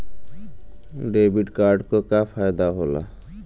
Debit card क का फायदा हो ला?